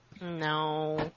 No